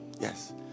Yes